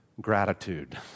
gratitude